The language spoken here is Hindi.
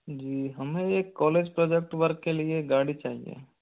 जी हमें एक कॉलेज प्रोजेक्ट वर्क के लिए एक गाड़ी चाहिए